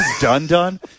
done-done